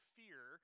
fear